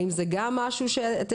האם זה גם משהו שאתם